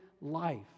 life